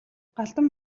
галдан